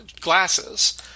glasses